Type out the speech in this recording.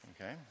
okay